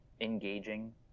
engaging